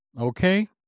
Okay